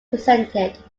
presented